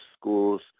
schools